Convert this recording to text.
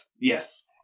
Yes